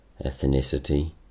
ethnicity